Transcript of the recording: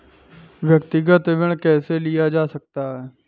व्यक्तिगत ऋण कैसे लिया जा सकता है?